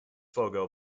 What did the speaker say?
fogo